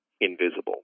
invisible